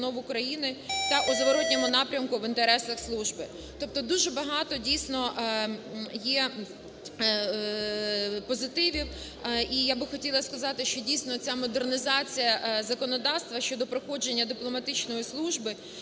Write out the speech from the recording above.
України та у зворотному напрямку в інтересах служби. Тобто дуже багато дійсно є позитивів. І я би хотіла сказати, що дійсно ця модернізації законодавства щодо проходження дипломатичної служби